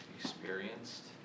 Experienced